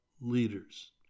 leaders